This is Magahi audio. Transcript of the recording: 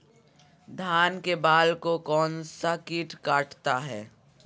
धान के बाल को कौन सा किट काटता है?